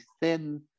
thin